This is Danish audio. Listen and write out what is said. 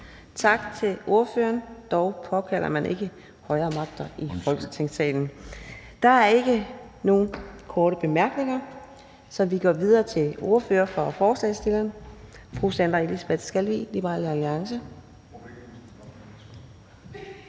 at man ikke må påkalde sig de højere magter i Folketingssalen. Der er ikke nogen korte bemærkninger, så vi går videre til ordføreren for forslagsstillerne, fru Sandra Elisabeth Skalvig, Liberal Alliance.